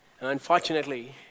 Unfortunately